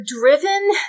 driven